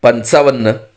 पंचावन्न